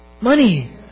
money